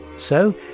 so,